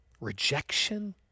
rejection